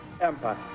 Empire